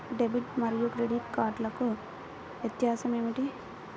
Debit మరియు credit కార్డ్లకు వ్యత్యాసమేమిటీ?